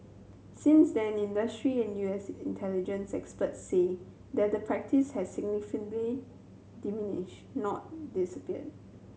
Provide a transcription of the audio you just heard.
since then industry and U S intelligence experts say that the practice has significantly diminished not disappeared